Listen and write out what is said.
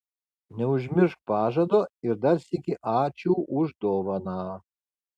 neužmiršk pažado ir dar sykį ačiū už dovaną